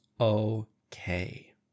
okay